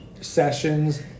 sessions